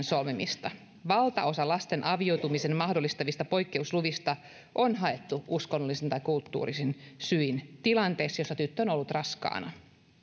solmimista valtaosa lasten avioitumisen mahdollistavista poikkeusluvista on haettu uskonnollisin tai kulttuurisin syin tilanteessa jossa tyttö on ollut raskaana